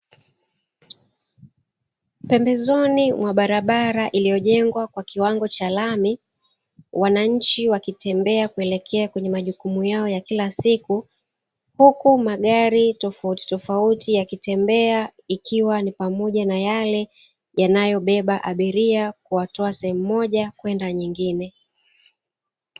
Pembezoni mwa barabara iliyojengwa kwa kiwango cha lami, wananchi wakitembea kuelekea kwenye majukumu yao ya kila siku huku magari tofauti tofauti yakitembea ikiwa ni pamoja na yale yanayobeba abiria kuwatoa sehemu moja kwenda nyingine.